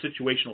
situational